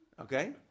okay